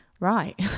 Right